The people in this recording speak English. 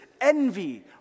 envy